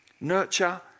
Nurture